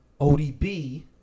ODB